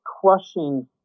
crushing